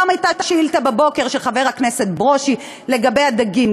הבוקר הייתה שאילתה של חבר הכנסת ברושי לגבי הדגים.